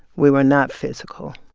we were not physical.